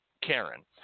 Karen